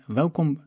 welkom